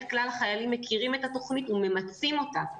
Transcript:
כלל החיילים מכירים את התוכנית וממצים אותה.